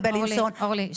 אורלי,